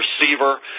receiver